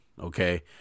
Okay